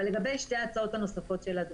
לגבי שתי ההצעות הנוספות של אדוני.